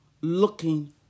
looking